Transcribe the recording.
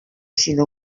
sinó